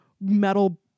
metal